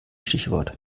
stichwort